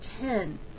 ten